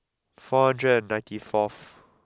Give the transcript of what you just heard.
four hundred and ninety fourth